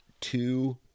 two